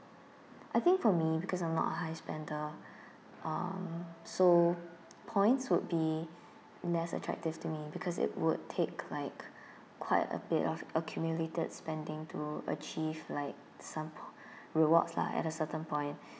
I think for me because I'm not a high spender uh so points would be less attractive to me because it would take like quite a bit of accumulated spending to achieve like some rewards lah at a certain point